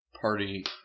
party